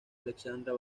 alexandra